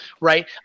right